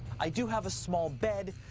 i do have a small bed,